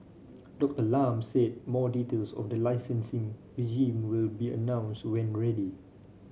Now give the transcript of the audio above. Doctor Lam said more details of the licensing regime will be announced when ready